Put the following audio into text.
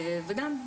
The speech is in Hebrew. וגם,